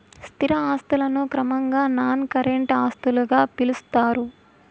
స్థిర ఆస్తులను క్రమంగా నాన్ కరెంట్ ఆస్తులుగా పిలుత్తారు